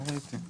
כן.